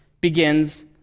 begins